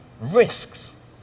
risks